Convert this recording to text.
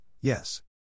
yes